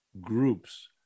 groups